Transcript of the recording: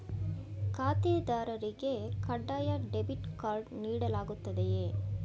ಖಾತೆದಾರರಿಗೆ ಕಡ್ಡಾಯ debit card ನೀಡಲಾಗುತ್ತದೆಯೇ?